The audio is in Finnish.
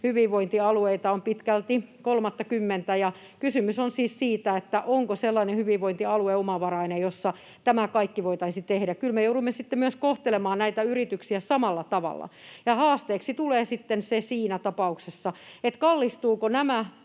hyvinvointialueita on pitkälti kolmattakymmentä, ja kysymys on siis siitä, onko sellainen hyvinvointialue omavarainen, missä tämä kaikki voitaisiin tehdä. Kyllä me joudumme sitten myös kohtelemaan näitä yrityksiä samalla tavalla, ja haasteeksi tulee sitten siinä tapauksessa se, kallistuvatko nämä